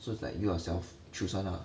so it's like you yourself choose [one] lah